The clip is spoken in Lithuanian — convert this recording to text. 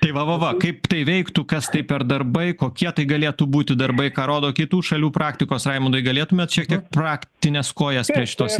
tai va va va kaip tai veiktų kas tai per darbai kokie tai galėtų būti darbai ką rodo kitų šalių praktikos raimundai galėtumėt šiek tiek praktines kojas prie šitos